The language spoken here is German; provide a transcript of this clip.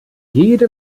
jede